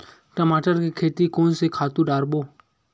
टमाटर के खेती कोन से खातु डारबो?